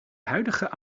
huidige